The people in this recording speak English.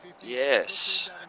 Yes